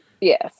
Yes